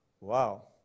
wow